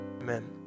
Amen